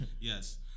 yes